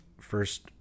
First